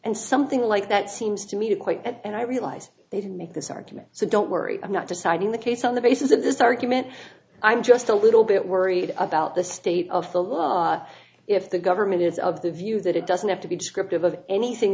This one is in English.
and something like that seems to me to quite and i realize they did make this argument so don't worry i'm not deciding the case on the basis of this argument i'm just a little bit worried about the state of the law if the government is of the view that it doesn't have to be descriptive of anything